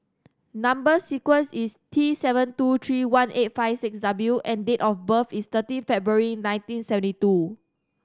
number sequence is T seven two three one eight five six W and date of birth is thirteen February nineteen seventy two